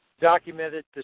documented